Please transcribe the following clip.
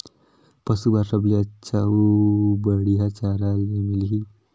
पशु बार सबले अच्छा अउ बढ़िया चारा ले मिलही?